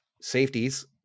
safeties